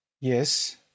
Yes